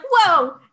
whoa